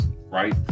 right